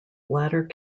bladder